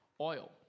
Oil